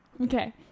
Okay